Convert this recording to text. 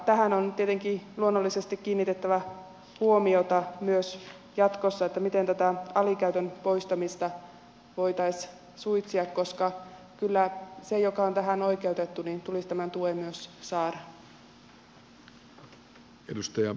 tähän on tietenkin luonnollisesti kiinnitettävä huomiota myös jatkossa miten tätä alikäytön poistamista voitaisiin suitsia koska kyllä sen joka on tähän oikeutettu tulisi myös tämä tuki saada